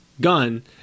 gun